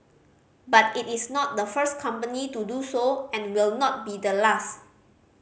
but it is not the first company to do so and will not be the last